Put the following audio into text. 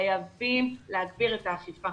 חייבים להגביר את האכיפה.